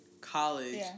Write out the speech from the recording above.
college